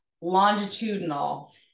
longitudinal